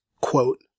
quote